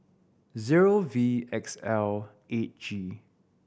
zero V X L eight G